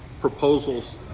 proposals